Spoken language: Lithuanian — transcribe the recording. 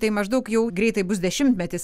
tai maždaug jau greitai bus dešimtmetis